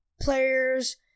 players